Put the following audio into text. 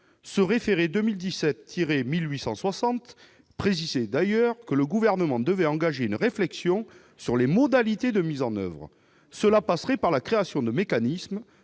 Le référé 2017-1860 précisait d'ailleurs que le Gouvernement devait engager une réflexion sur les modalités de mise en oeuvre de l'imposition, qui passerait par la création de mécanismes